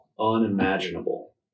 unimaginable